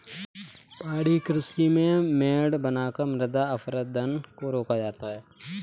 पहाड़ी कृषि में मेड़ बनाकर मृदा अपरदन को रोका जाता है